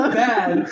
bad